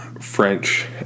French